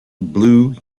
blue